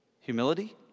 Humility